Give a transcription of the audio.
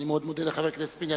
אני מאוד מודה לחבר הכנסת פיניאן,